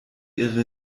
ihre